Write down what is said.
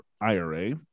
IRA